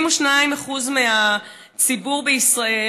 72% מהציבור בישראל,